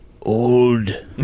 Old